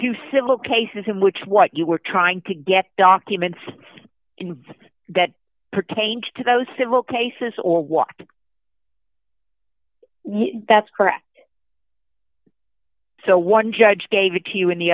two civil cases in which what you were trying to get documents invest that pertained to those civil cases or what yeah that's correct so one judge gave it to you and the